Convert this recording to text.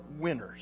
winners